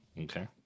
Okay